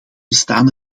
bestaan